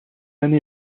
année